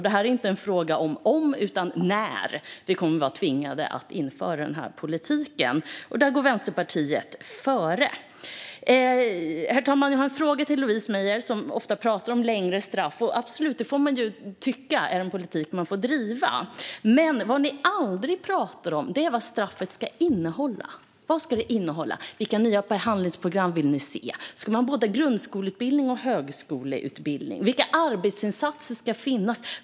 Det är inte fråga om om utan när vi kommer att tvingas införa denna politik, och där går Vänsterpartiet före. Herr talman! Jag har en fråga till Louise Meijer, som ofta pratar om längre straff. Man får absolut tycka att det är en politik som får drivas, men vad ni aldrig pratar om, Louise Meijer, är: Vad ska straffet innehålla? Vilka nya behandlingsprogram vill ni se? Ska man ha både grundskoleutbildning och högskoleutbildning? Vilka arbetsinsatser ska finnas?